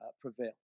prevail